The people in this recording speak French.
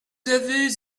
avez